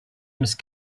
must